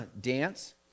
dance